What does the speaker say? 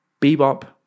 Bebop